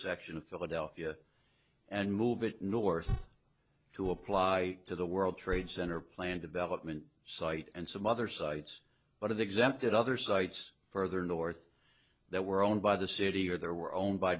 section of philadelphia and move it north to apply to the world trade center plan development site and some other sites but it exempted other sites further north that were owned by the city or there were owned by